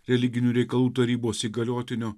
religinių reikalų tarybos įgaliotinio